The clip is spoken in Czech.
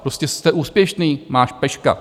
Prostě jste úspěšný, máš peška.